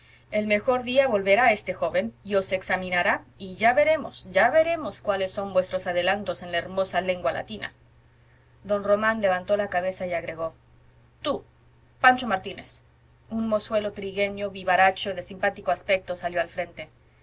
el mejor día volverá este joven y os examinará y ya veremos ya veremos cuáles son vuestros adelantos en la hermosa lengua latina don román levantó la cabeza y agregó tú pancho martínez un mozuelo trigueño vivaracho de simpático aspecto salió al frente